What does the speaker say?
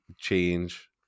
change